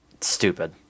stupid